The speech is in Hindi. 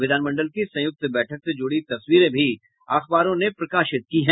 विधानमंडल की संयुक्त बैठक से जुड़ी तस्वीरें भी अखबारों ने प्रकाशित की हैं